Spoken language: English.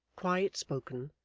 quiet-spoken,